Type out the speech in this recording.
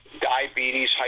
diabetes